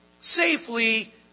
safely